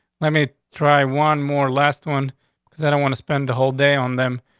let me try one more last one because i don't want to spend the whole day on them